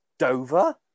Dover